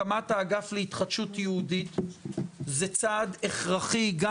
הקמת האגף להתחדשות יהודית היא צעד הכרחי גם